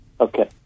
okay